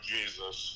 Jesus